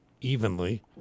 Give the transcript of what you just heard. evenly